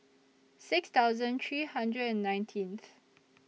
six thousand three hundred and nineteenth